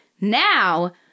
now